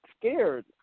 scared